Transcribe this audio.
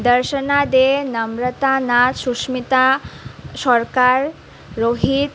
Darshana De Namrata Nath Susmita Sarkar Rohit